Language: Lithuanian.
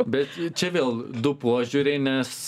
bet čia vėl du požiūriai nes